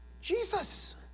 Jesus